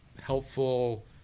helpful